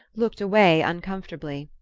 looked away uncomfortably.